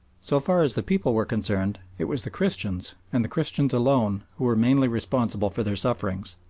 so far as the people were concerned, it was the christians, and the christians alone, who were mainly responsible for their sufferings.